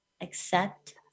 accept